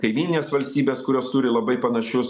kaimyninės valstybės kurios turi labai panašius